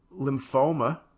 lymphoma